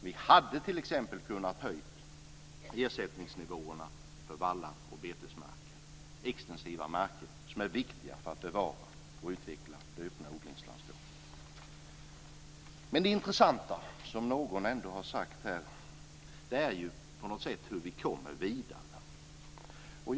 Vi hade t.ex. kunnat höja ersättningsnivåerna för vall och betesmarker, extensiva marker som är viktiga för att bevara och utveckla det öppna odlingslandskapet. Det intressanta är ändå, som någon har sagt här, hur vi kommer vidare.